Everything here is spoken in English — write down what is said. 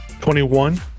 Twenty-one